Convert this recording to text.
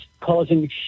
causing